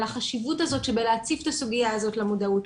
על החשיבות הזאת שבלהציף את הסוגייה הזאת למודעות.